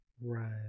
Right